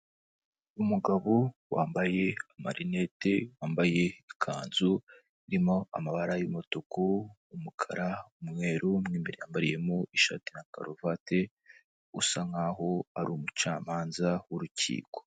Umugabo wambaye marinete, wambaye ikanzu irimo amabara y'umutuku, umukara, umweru mo imbere yambariye ishati na karuvati, usa nkaho ari umucamanza w'urukiko.